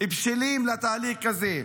בשלים לתהליך הזה.